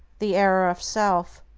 the error of self.